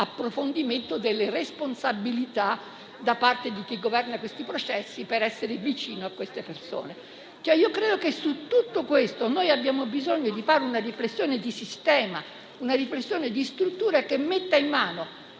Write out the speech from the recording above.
approfondimento delle responsabilità da parte di chi governa tali processi per essere vicini a queste persone. Credo che su tutto questo abbiamo bisogno di fare una riflessione di sistema e di struttura che metta in mano